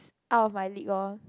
out of my league orh